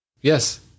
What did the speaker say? Yes